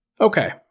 Okay